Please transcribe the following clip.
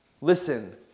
listen